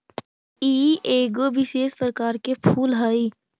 ई एगो विशेष प्रकार के फूल हई